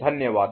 धन्यवाद